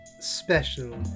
special